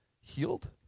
healed